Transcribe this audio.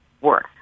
work